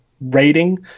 rating